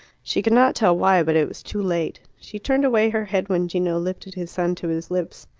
she could not tell why, but it was too late. she turned away her head when gino lifted his son to his lips.